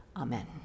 Amen